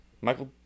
Michael